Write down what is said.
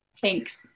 Thanks